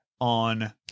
on